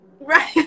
Right